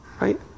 right